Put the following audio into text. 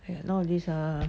!aiya! nowadays ah